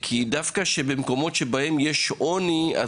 כי דווקא במקומות בהם יש עוני,